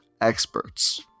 experts